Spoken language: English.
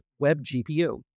WebGPU